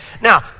now